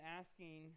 asking